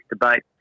debate